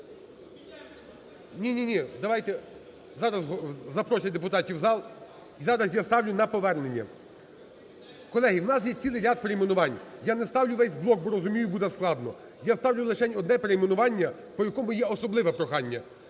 Ні, ні, ні, давайте, зараз запросять депутатів в зал. І я зараз я ставлю на повернення. Колеги, в нас є цілий ряд перейменувань. Я не ставлю весь блок, бо, розумію, буде складно. Я ставлю лишень одне перейменування, по якому є особливе прохання.